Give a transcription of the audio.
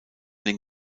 den